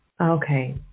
Okay